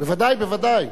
בוודאי, בוודאי.